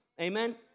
amen